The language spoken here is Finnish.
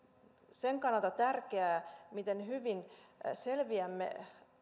sen kannalta tärkeää miten hyvin selviämme